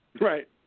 Right